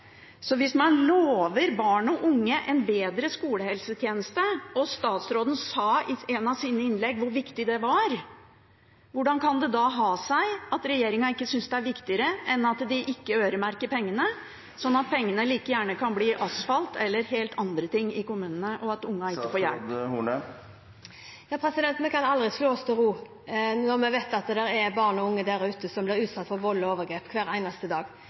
Hvis man lover barn og unge en bedre skolehelsetjeneste – og statsråden sa i et av sine innlegg hvor viktig det var – hvordan kan det da ha seg at regjeringen ikke synes det er viktigere enn at de ikke øremerker pengene, sånn at pengene like gjerne kan brukes til asfalt eller helt andre ting i kommunene, og at ungene ikke får hjelp? Vi kan aldri slå oss til ro når vi vet at det er barn og unge der ute som blir utsatt for vold og overgrep hver eneste dag.